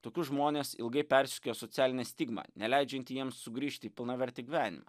tokius žmones ilgai persekioja socialinė stigma neleidžianti jiems sugrįžti į pilnavertį gyvenimą